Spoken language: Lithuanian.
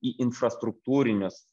į infrastruktūrinius